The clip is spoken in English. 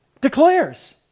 declares